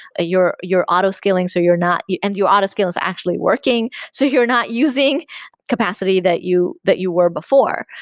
you're you're auto scaling, so you're not and your auto skill isn't actually working. so you're not using capacity that you that you were before.